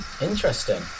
Interesting